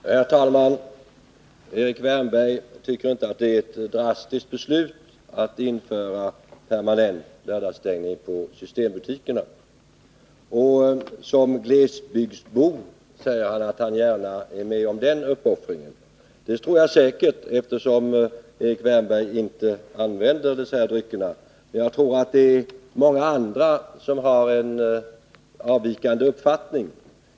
Herr talman! Erik Wärnberg tycker inte att det är ett drastiskt beslut att införa permanent lördagsstängning av systembutikerna. Och han säger att han som glesbygdsbo gärna är med om den uppoffringen. Det tror jag säkert, eftersom Erik Wärnberg inte använder dessa drycker. Men jag tror att det är många andra som har en avvikande uppfattning.